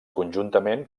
conjuntament